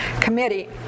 committee